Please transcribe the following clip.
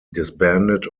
disbanded